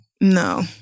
no